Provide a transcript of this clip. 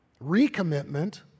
recommitment